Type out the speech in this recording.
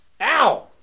Ow